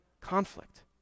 conflict